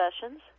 sessions